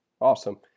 Awesome